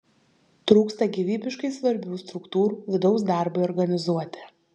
trūksta gyvybiškai svarbių struktūrų vidaus darbui organizuoti